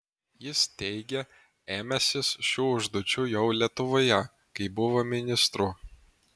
jis teigė ėmęsis šių užduočių jau lietuvoje kai buvo ministru